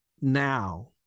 now